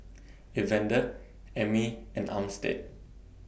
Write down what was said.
Evander Emmie and Armstead